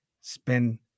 spend